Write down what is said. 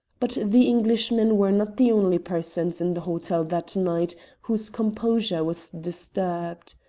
but the englishmen were not the only persons in the hotel that night whose composure was disturbed.